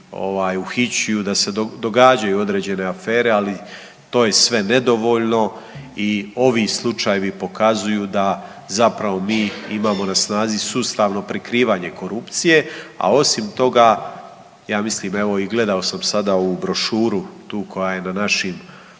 da se događaju određene afere, ali to je sve nedovoljno i ovi slučajevi pokazuju da zapravo mi imamo na snazi sustavno prikrivanje korupcije, a osim toga, ja mislim evo i gledao sam u brošuru tu koja je na našim